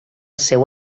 seu